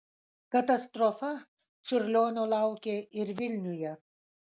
katastrofa čiurlionio laukė ir vilniuje